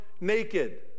naked